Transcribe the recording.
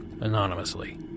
anonymously